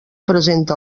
presenta